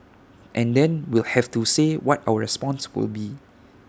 and then we'll have to say what our response will be